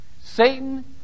Satan